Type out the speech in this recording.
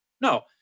No